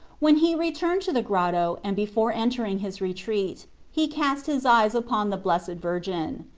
when he returned to the grotto, and before entering his retreat, he cast his eyes upon the blessed virgin.